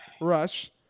rush